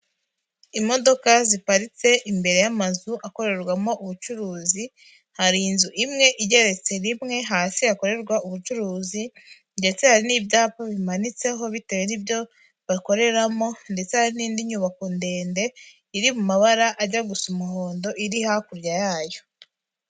Imodoka ziparitse imbere y'amazu akorerwamo ubucuruzi, hari inzu imwe igeretse rimwe hasi hakorerwa ubucuruzi ndetse hari n'ibyapa bimanitseho bitewe n'ibyo bakoreramo ndetse hari n'indi nyubako ndende iri mu mabara ajya gusa umuhondo iri hakurya yayo.